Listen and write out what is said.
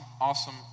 awesome